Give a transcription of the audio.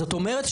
זאת אומרת,